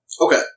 Okay